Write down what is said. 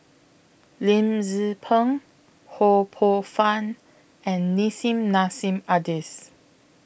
Lim Tze Peng Ho Poh Fun and Nissim Nassim Adis